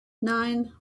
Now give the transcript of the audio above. nine